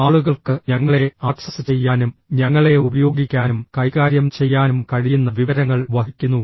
ആളുകൾക്ക് ഞങ്ങളെ ആക്സസ് ചെയ്യാനും ഞങ്ങളെ ഉപയോഗിക്കാനും കൈകാര്യം ചെയ്യാനും കഴിയുന്ന വിവരങ്ങൾ വഹിക്കുന്നു